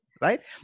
right